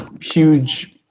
huge